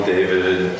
David